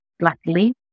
Luckily